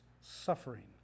suffering